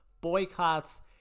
boycotts